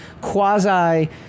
quasi